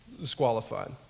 disqualified